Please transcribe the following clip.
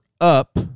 up